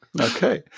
Okay